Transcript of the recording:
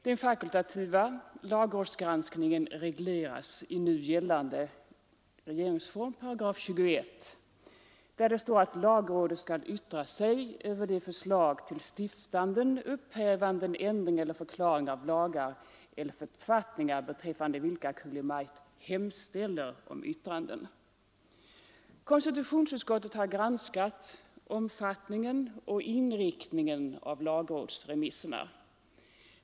Denna fakultativa lagrådsgranskning regleras i nu gällande RF 21 §, där det står att lagrådet skall yttra sig över de förslag till stiftanden, upphävanden, ändring eller förklaring av lagar eller författningar beträffande vilka Kungl. Maj:t hemställer om yttranden. Konstitutionsutskottet har granskat omfattningen och inriktningen av lagrådsremisserna.